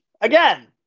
Again